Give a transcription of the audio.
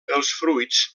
fruits